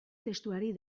testuari